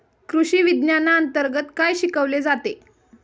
कृषीविज्ञानांतर्गत काय शिकवले जाते?